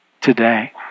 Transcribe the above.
today